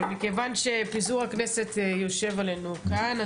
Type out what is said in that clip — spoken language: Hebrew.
אבל מכיוון שפיזור הכנסת יושב עלינו כאן,